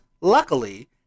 luckily